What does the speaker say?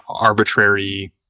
arbitrary